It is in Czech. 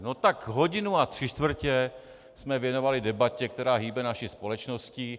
No tak hodinu a tři čtvrtě jsme věnovali debatě, která hýbe naší společností.